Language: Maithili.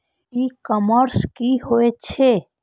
ई कॉमर्स की होय छेय?